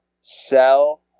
sell